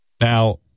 Now